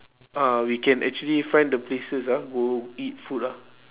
ah we can actually find the places ah go eat food lah